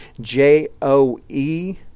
J-O-E